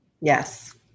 Yes